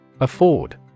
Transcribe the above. Afford